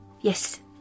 Yes